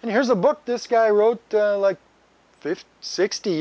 and here's a book this guy wrote like fifty sixty